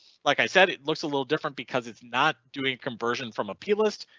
like i said, it looks a little different because it's not doing conversion from a p list,